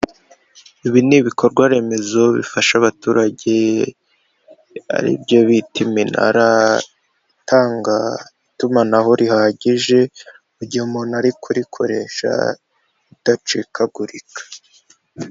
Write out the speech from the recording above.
Ibi ni ibikorwa remezo bifasha abaturage, aribyo bita iminara itanga itumanaho rihagije, mu gihe umuntu ari kurikoresha, ridacikagurika.